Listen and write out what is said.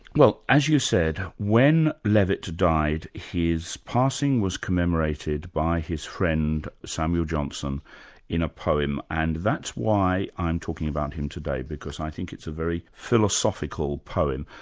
well as you said, when levitt died his passing was commemorated by his friend, samuel johnson in a poem, and that's why i'm talking about him today because i think it's a very philosophical poem.